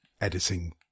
editing